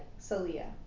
Salia